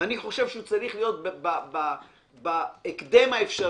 ואני חושב שהוא צריך להיות בהקדם האפשרי.